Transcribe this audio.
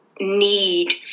need